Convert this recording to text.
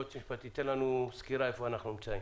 היועץ המשפטי, תן לנו סקירה איפה אנחנו נמצאים.